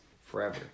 forever